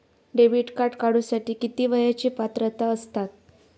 Debit card काढूसाठी किती वयाची पात्रता असतात?